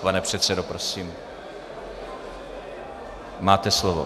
Pane předsedo, prosím, máte slovo.